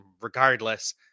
Regardless